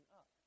up